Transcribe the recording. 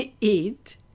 eat